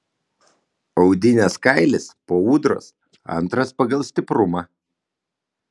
audinės kailis po ūdros antras pagal stiprumą